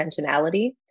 intentionality